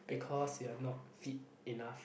because you're not fit enough